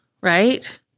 right